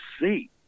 see